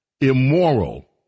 Immoral